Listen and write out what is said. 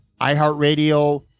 iHeartRadio